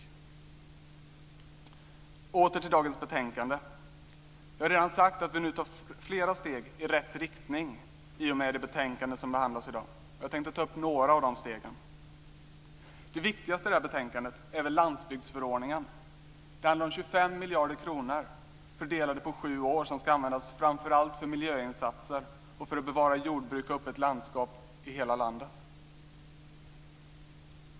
Jag ska återgå till dagens betänkande. Jag har redan sagt att vi nu tar flera steg i rätt riktning i och med det betänkande som behandlas i dag. Jag tänkte ta upp några av de stegen. Det viktigaste i det här betänkandet är landsbygdsförordningen. Det handlar om 25 miljarder kronor, fördelade på sju år, som ska användas framför allt till miljöinsatser och till att bevara jordbruk och öppet landskap i hela landet.